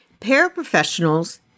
Paraprofessionals